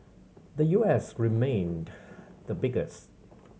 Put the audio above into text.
the U S remained the biggest